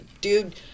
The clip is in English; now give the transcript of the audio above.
dude